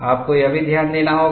आपको यह भी ध्यान देना होगा